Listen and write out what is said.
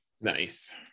Nice